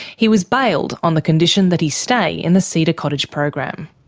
he was bailed on the condition that he stay in the cedar cottage program.